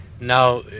Now